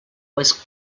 was